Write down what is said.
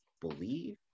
believe